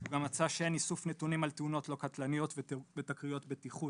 גם מצא שאין איסוף נתונים על תאונות לא קטלניות ותקריות בטיחות,